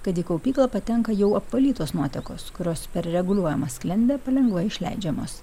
kad į kaupyklą patenka jau apvalytos nuotekos kurios per reguliuojamą sklendę palengva išleidžiamos